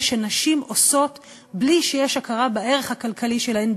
שנשים עושות בלי שיש הכרה בערך הכלכלי שלהן,